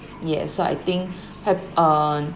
yes so I think ha~ uh